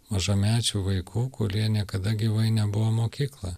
mažamečių vaikų kurie niekada gyvai nebuvo mokykloj